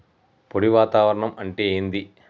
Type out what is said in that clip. పొడి వాతావరణం అంటే ఏంది?